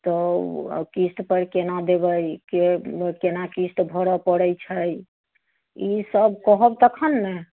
तऽ किस्त पर केना देबै के केना किस्त भरऽ पड़ैत छै ई सभ कहब तखन ने